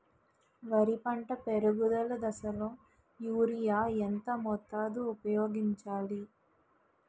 వరి పంట పెరుగుదల దశలో యూరియా ఎంత మోతాదు ఊపయోగించాలి?